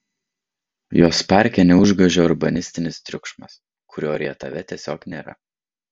jos parke neužgožia urbanistinis triukšmas kurio rietave tiesiog nėra